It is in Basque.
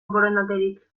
borondaterik